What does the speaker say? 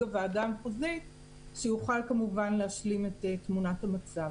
הוועדה המחוזית שיוכל כמובן להשלים את תמונת המצב.